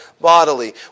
bodily